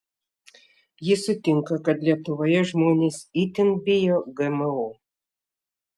ji sutinka kad lietuvoje žmonės itin bijo gmo